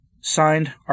Signed